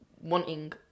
Wanting